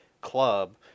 club